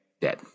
dead